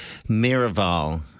Miraval